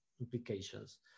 implications